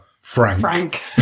Frank